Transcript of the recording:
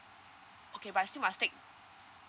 okay but I still must take